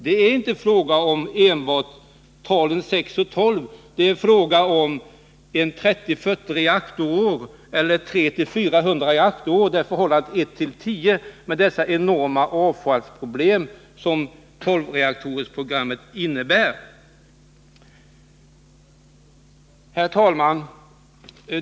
Det är inte enbart fråga om talen 6 och 12, utan det är fråga om 30-40 reaktorår eller 300-400 reaktorår — ett förhållande 1:10 — med de enorma avfallsproblem som tolvreaktorsprogrammet innebär. Herr talman!